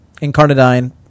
Incarnadine